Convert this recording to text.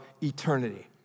eternity